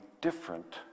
different